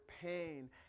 pain